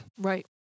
Right